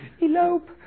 Elope